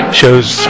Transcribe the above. show's